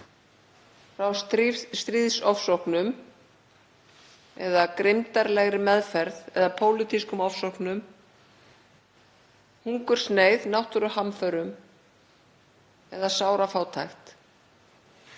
frá stríðsofsóknum eða grimmdarlegri meðferð eða pólitískum ofsóknum, hungursneyð, náttúruhamförum eða sárafátækt,